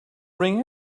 ring